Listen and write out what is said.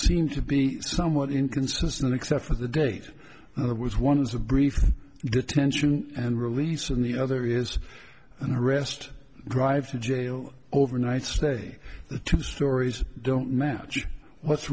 seem to be somewhat inconsistent except for the date there was one was a brief detention and release and the other is an arrest drive to jail overnight stay two stories don't match what's